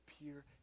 appear